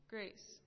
Grace